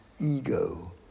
ego